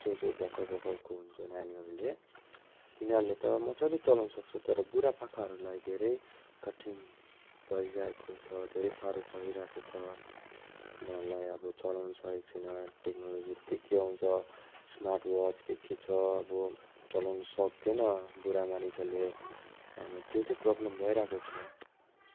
जो जो भर्खर भर्खरको हुन्छ नानीहरूले तिनीहरूले त मजाले चलाउनु सक्छ तर बुढा पाकाहरूलाई धेरै कठिन परिरहेको छ धेरै साह्रो परिरहेको छ तिनीहरूलाई अब चलाउनु सकेको छैन टेक्नोलोजीहरू के के आउँछ स्मार्ट वाच के के छ अब चलाउनु सक्दैन बुढा मानिसहरूले अनि त्यो चाहिँ प्रब्लम भइरहेको छ